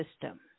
system